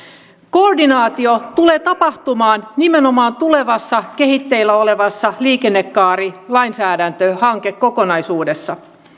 koordinaatio tulee tapahtumaan nimenomaan tulevassa kehitteillä olevassa liikennekaarilainsäädäntöhankekokonaisuudessa